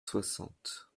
soixante